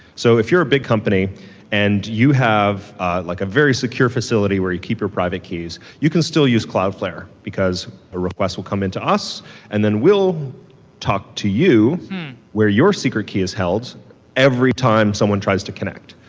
so if you're a big company and you have ah like a very secure facility where you keep your private keys, you can still use cloudflare, because a request will come into us and then we'll talk to you where your secret key is held every time someone tries to connect.